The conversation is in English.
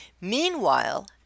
Meanwhile